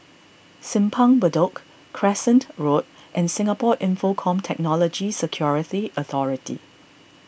Simpang Bedok Crescent Road and Singapore Infocomm Technology Security Authority